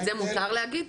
את זה מותר להגיד?